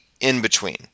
in-between